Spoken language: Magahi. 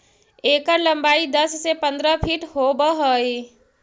एकर लंबाई दस से पंद्रह फीट होब हई